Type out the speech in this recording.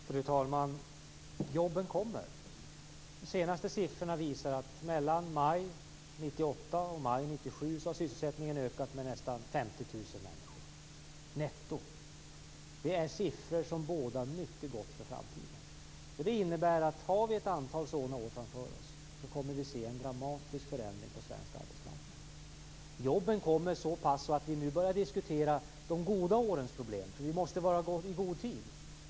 Fru talman! Jobben kommer. De senaste siffrorna visar att mellan maj 1997 och maj 1998 har sysselsättningen ökat med nästan 50 000 människor netto. Det är en siffra som bådar mycket gott för framtiden. Om vi har ett antal sådan år framför oss kommer vi att se en dramatisk förändring på den svenska arbetsmarknaden. Jobben kommer så pass bra att vi nu börjar diskutera de goda årens problem. Vi måste ju vara ute i god tid.